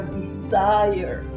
desire